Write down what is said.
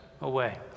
away